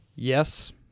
Yes